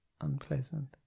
unpleasant